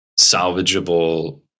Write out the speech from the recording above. salvageable